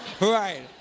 Right